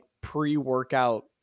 pre-workout